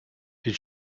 did